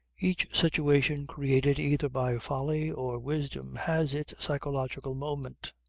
each situation created either by folly or wisdom has its psychological moment.